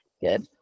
good